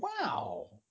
wow